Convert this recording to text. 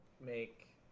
make